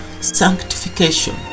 sanctification